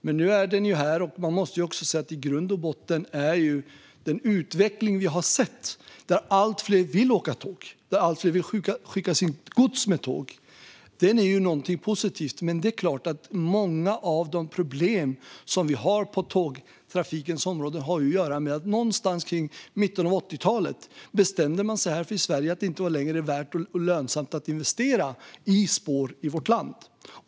Men nu är den här, och jag måste säga att den utveckling vi sett - att allt fler vill åka tåg och skicka sitt gods med tåg - är i grund och botten positiv. Men det är klart att många av de problem som vi har på tågtrafikens område har att göra med att man någonstans i mitten av 80-talet bestämde sig för att det inte längre var värt eller lönsamt att investera i spår i vårt land.